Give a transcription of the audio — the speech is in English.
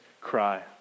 cry